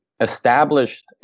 established